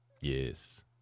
Yes